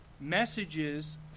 messages